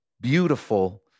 beautiful